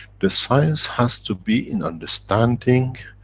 the science has to be in understanding,